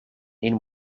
een